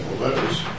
Letters